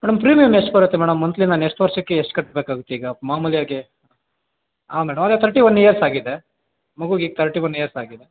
madam premium ಎಷ್ಟ್ ಬರತ್ತೆ madam monthly ನಾನು ಎಷ್ಟ್ ವರ್ಷಕ್ಕೆ ಎಷ್ಟ್ ಕಟ್ಬೇಕಾಗತ್ತೆ ಈಗ ಮಾಮೂಲಿ ಆಗೇ ಆಂ ಮೇಡಮ್ ಅದೇ ಥರ್ಟಿ ಒನ್ ಇಯರ್ಸ್ ಆಗಿದೆ ಮಗುಗೆ ಈಗ ಥರ್ಟಿ ಒನ್ ಇಯರ್ಸ್ ಆಗಿದೆ